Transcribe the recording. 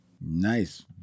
Nice